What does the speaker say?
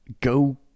go